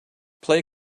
play